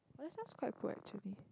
that sounds quite cool actually